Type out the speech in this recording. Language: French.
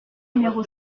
numéro